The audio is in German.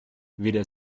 weder